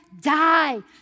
die